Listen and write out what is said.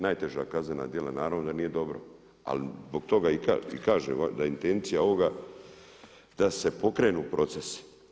Najteža kaznena djela naravno da nije dobro ali zbog toga i kažem da je intencija ovoga da se pokrenu procesi.